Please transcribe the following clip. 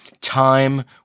Time